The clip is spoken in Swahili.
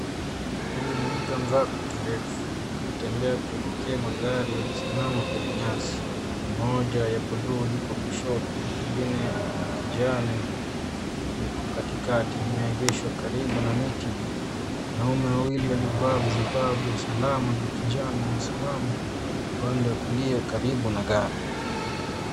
Huyu ni mtu amevaa koti refu. Anatembea kuelekea magari yaliyosimama kwenye nyasi. Gari moja ya blue liko kushoto, lingine kijani liko katikati, limeegeshwa karibu na miti mirefu. Wanaume wawili waliovaa vijipaa vya usalama vya kijani, wamesimama upande wa kulia karibu na gari.